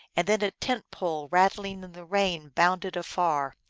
and then a tent pole rattling in the rain bounded afar.